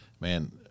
man